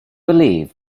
believe